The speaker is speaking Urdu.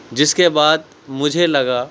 جس کے بعد مجھے لگا